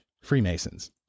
Freemasons